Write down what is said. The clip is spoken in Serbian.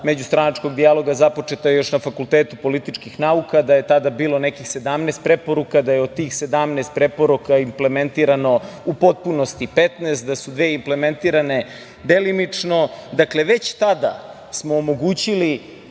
međustranačkog dijaloga započeta još na fakultetu političkih nauka, da je tada bilo nekih 17 preporuka, da je od tih 17 preporuka implementirano u potpunosti 15, da su dve implementirane delimično. Dakle, već tada smo omogućili